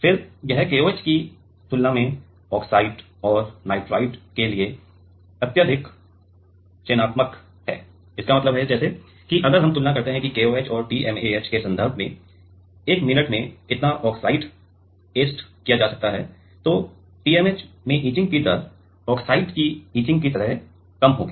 फिर यह KOH की तुलना में ऑक्साइड और नाइट्राइड के लिए अत्यधिक चयनात्मक है इसका मतलब है जैसे कि अगर हम तुलना करते हैं कि KOH और TMAH के संदर्भ में 1 मिनट में कितना ऑक्साइड ऐचेड किया जाता है तो TMAH में इचिंग की दर ऑक्साइड की इचिंग की तरह कम होगी